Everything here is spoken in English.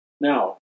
Now